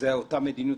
זו גם המדיניות